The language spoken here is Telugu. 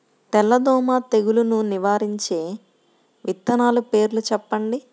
తెల్లదోమ తెగులును నివారించే విత్తనాల పేర్లు చెప్పండి?